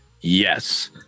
Yes